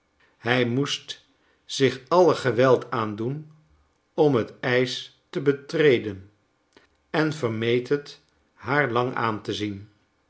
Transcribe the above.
hij moest zich alle geweld aandoen om het ijs te betreden en vermeed het haar lang aan te zien